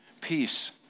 peace